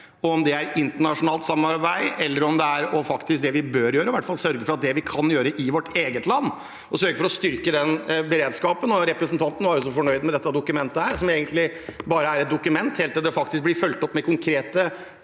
det er internasjonalt samarbeid eller om det er det vi faktisk bør gjøre, i hvert fall å sørge for å gjøre det vi kan i vårt eget land, og sørge for å styrke den beredskapen. Representanten var så fornøyd med dette dokumentet, som egentlig bare er et dokument helt til det faktisk blir fulgt opp med konkrete